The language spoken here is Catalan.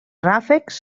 ràfecs